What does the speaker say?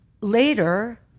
later